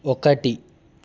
ఒకటి